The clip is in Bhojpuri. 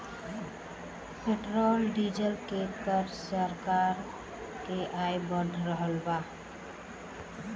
पेट्रोल डीजल के कर से सरकार के आय बढ़ रहल बा